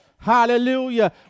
Hallelujah